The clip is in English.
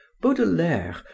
baudelaire